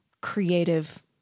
creative